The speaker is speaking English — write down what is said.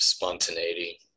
spontaneity